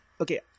okay